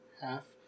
half